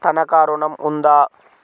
తనఖా ఋణం ఉందా?